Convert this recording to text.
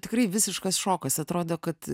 tikrai visiškas šokas atrodo kad